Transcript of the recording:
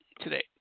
today